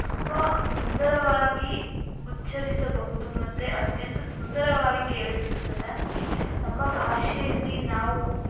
ತುಂಬ ಸುಂದರವಾಗಿ ಉಚ್ಚರಿಸಬಹುದು ಮತ್ತು ಅತ್ಯಂತ ಸುಂದರವಾಗಿ ಕೇಳಿಸುತ್ತದೆ ನಮ್ಮ ಭಾಷೆಯಲ್ಲಿ ನಾವು